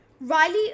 Riley